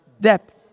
depth